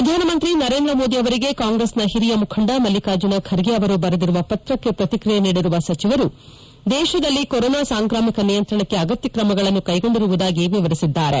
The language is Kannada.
ಪ್ರಧಾನಮಂತ್ರಿ ನರೇಂದ್ರ ಮೋದಿ ಅವರಿಗೆ ಕಾಂಗ್ರೆಸ್ ಹಿರಿಯ ಮುಖಂಡ ಮಲ್ಲಿಕಾರ್ಜುನ ಖರ್ಗೆ ಅವರು ಬರೆದಿರುವ ಪತ್ರಕ್ಕೆ ಪ್ರತಿಕ್ರಿಯೆ ನೀಡಿರುವ ಸಚಿವರು ದೇಶದಲ್ಲಿ ಕೊರೊನಾ ಸಾಂಕ್ರಾಮಿಕ ನಿಯಂತ್ರಣಕ್ಕೆ ಅಗತ್ಯ ಕ್ರಮಗಳನ್ನು ಕೈಗೊಂಡಿರುವುದಾಗಿ ವಿವರಿಸಿದ್ದಾರೆ